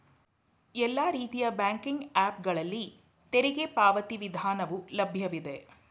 ಎಲ್ಲಾ ರೀತಿಯ banking app ಗಳಲ್ಲಿ ತೆರಿಗೆ ಪಾವತಿ ವಿಧಾನವು ಲಭ್ಯವಿದೆ